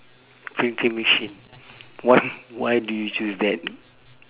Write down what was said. printing machine what why do you choose that